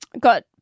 got